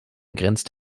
grenzt